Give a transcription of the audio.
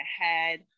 ahead